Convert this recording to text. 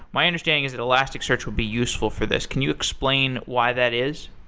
my understanding is that elasticsearch will be useful for this. can you explain why that is?